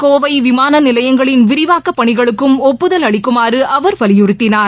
கோவை விமான நிலையங்களின் விரிவாக்கப் பணிகளுக்கும் ஒப்புதல் அளிக்குமாறு அவர் வலியுறுத்தினார்